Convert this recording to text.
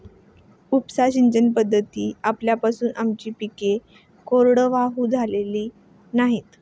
उपसा सिंचन पद्धती आल्यापासून आमची पिके कोरडवाहू झालेली नाहीत